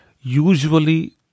usually